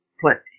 plenty